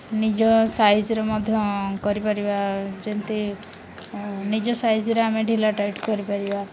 ନିଜ ସାଇଜ୍ର ମଧ୍ୟ କରିପାରିବା ଯେମିତି ନିଜ ସାଇଜ୍ରେ ଆମେ ଢିଲା ଟାଇଟ୍ କରିପାରିବା